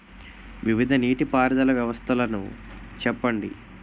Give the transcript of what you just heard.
వివిధ నీటి పారుదల వ్యవస్థలను చెప్పండి?